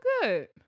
good